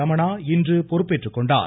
ரமணா இன்று பொறுப்பேற்றுக் கொண்டார்